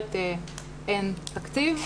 במסגרת האין תקציב.